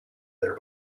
there